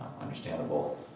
understandable